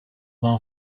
our